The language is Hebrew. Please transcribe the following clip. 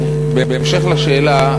בהמשך לשאלה,